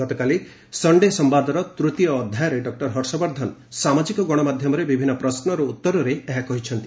ଗତକାଲି ସଣ୍ଡେ ସମ୍ଭାଦର ତୂତୀୟ ଅଧ୍ୟାୟରେ ଡକୁର ହର୍ଷବର୍ଦ୍ଧନ ସାମାଜିକ ଗଶମାଧ୍ୟମରେ ବିଭିନ୍ନ ପ୍ରଶ୍ନର ଉତ୍ତରରେ ଏହା କହିଛନ୍ତି